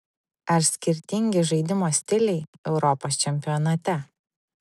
ar skirtingi žaidimo stiliai europos čempionate